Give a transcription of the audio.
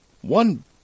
One